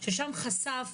ששם נחשף